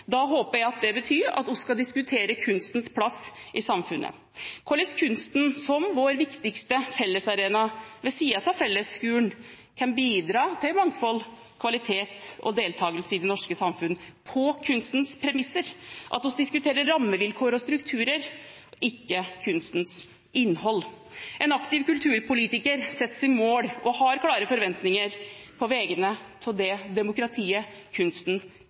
Da håper jeg det betyr at vi skal diskutere kunstens plass i samfunnet, hvordan kunsten som vår viktigste fellesarena ved siden av fellesskolen, kan bidra til mangfold, kvalitet og deltakelse i det norske samfunn på kunstens premisser – at vi diskuterer rammevilkår og strukturer, og ikke kunstens innhold. En aktiv kulturpolitiker setter seg mål og har klare forventninger på vegne av det demokratiet kunsten